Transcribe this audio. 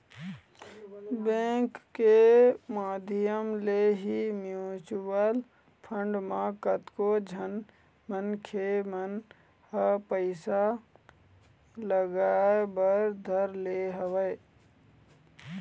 bank के माधियम ले ही म्यूचुवल फंड म कतको झन मनखे मन ह पइसा लगाय बर धर ले हवय